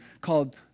called